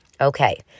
Okay